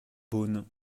beaune